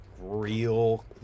real